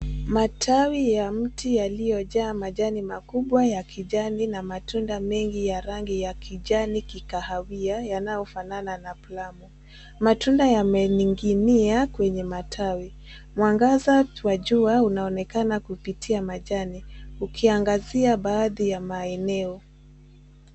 Matawi ya mti yaliyojaa majani makubwa ya kijani na matunda mengi ya rangi ya kijani-kikahawia yanayofanana na plamu. Matunda yamening'inia kwenye matawi. Mwangaza wa jua unaonekana kupitia majani ukiangazia baadhi ya maeneo.